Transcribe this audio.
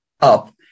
up